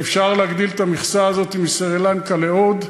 ואפשר להגדיל את המכסה הזאת מסרי-לנקה לעוד.